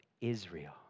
Israel